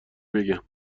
بگم